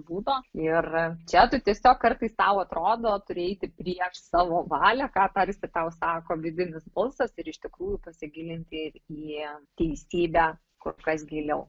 būdo ir čia tu tiesiog kartais tau atrodo turi eiti prieš savo valią ką tarsi tau sako vidinis balsas ir iš tikrųjų pasigilinti į teisybę kur kas giliau